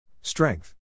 Strength